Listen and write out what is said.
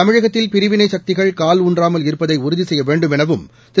தமிழகத்தில் பிரிவினை சக்திகள் கால் ஊன்றாமல் இருப்பதை உறுதி செய்ய வேண்டும் எனவும் திரு